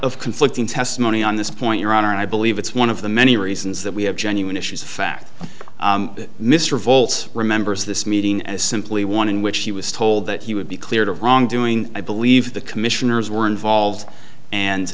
of conflicting testimony on this point your honor and i believe it's one of the many reasons that we have genuine issues fact that mr voltz remembers this meeting as simply one in which he was told that he would be cleared of wrongdoing i believe the commissioners were involved and